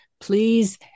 Please